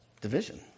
division